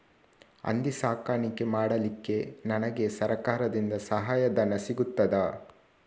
ಹಂದಿ ಸಾಕಾಣಿಕೆ ಮಾಡಲಿಕ್ಕೆ ನನಗೆ ಸರಕಾರದಿಂದ ಸಹಾಯಧನ ಸಿಗುತ್ತದಾ?